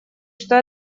что